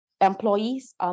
employees